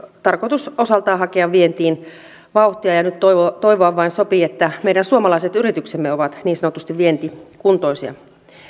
tarkoitus osaltaan hakea vientiin vauhtia nyt vain toivoa sopii että meidän suomalaiset yrityksemme ovat niin sanotusti vientikuntoisia